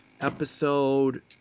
Episode